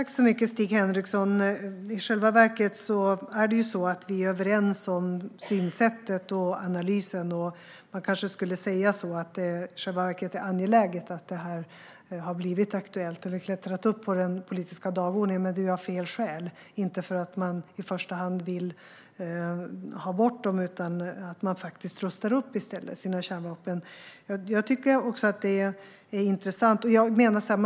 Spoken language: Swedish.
Herr talman! I själva verket är vi överens om synsättet och analysen, Stig Henriksson. Det har varit angeläget att det här har blivit aktuellt och klättrat upp på den politiska dagordningen. Men det har skett av fel anledning - inte för att man i första hand vill ha bort dem, utan för att man faktiskt rustar upp sina kärnvapen i stället.